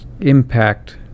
impact